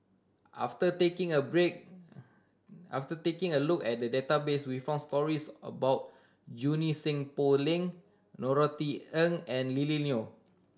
after taking a break after taking a look at the database we found stories about Junie Sng Poh Leng Norothy Ng and Lily Neo